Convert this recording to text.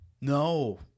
No